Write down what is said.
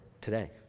today